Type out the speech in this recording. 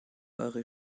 eure